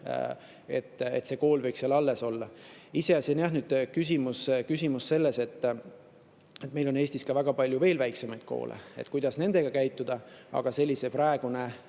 ja see kool võiks seal alles jääda. Iseasi on, jah, see küsimus, et meil on Eestis ka väga palju veel väiksemaid koole, kuidas nendega käituda. Aga praegune